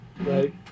right